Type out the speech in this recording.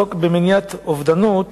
לעסוק במניעת אובדנות